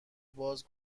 باز